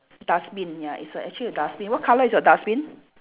dustbin ya it's a actually a dustbin what colour is your dustbin